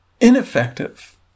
ineffective